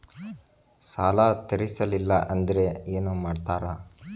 ಸಾಲ ತೇರಿಸಲಿಲ್ಲ ಅಂದ್ರೆ ಏನು ಮಾಡ್ತಾರಾ?